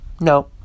No